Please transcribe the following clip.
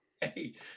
Hey